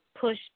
push